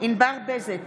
ענבר בזק,